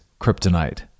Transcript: kryptonite